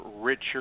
richer